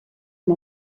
amb